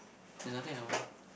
there's nothing I want